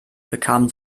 bekam